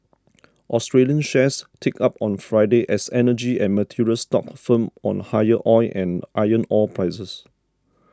Australian shares ticked up on Friday as energy and materials stocks firmed on higher oil and iron ore prices